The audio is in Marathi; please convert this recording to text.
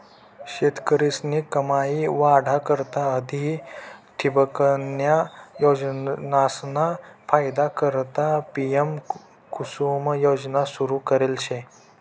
शेतकरीस्नी कमाई वाढा करता आधी ठिबकन्या योजनासना फायदा करता पी.एम.कुसुम योजना सुरू करेल शे